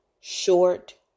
short